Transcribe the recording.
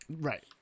Right